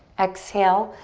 exhale,